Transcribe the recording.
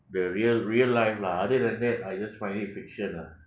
the real real life lah other than that I just find it fiction lah